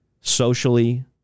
socially